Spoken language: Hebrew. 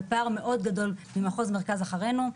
בפער מאוד גדול ממחוז מרכז אחרינו.